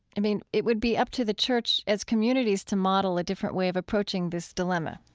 i mean, it would be up to the church as communities to model a different way of approaching this dilemma.